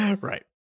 right